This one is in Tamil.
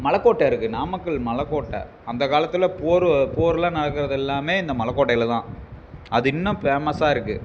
மலைக்கோட்ட இருக்கு நாமக்கல் மலைக்கோட்ட அந்தக் காலத்தில் போர் போர்லாம் நடக்கறது எல்லாமே இந்த மலைக்கோட்டையில தான் அது இன்னும் பேமஸ்ஸாக இருக்கு